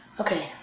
Okay